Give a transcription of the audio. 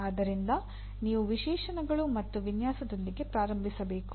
ಆದ್ದರಿಂದ ನೀವು ವಿಶೇಷಣಗಳು ಮತ್ತು ವಿನ್ಯಾಸದೊಂದಿಗೆ ಪ್ರಾರಂಭಿಸಬೇಕು